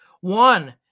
one